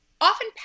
often